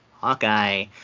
hawkeye